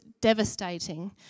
devastating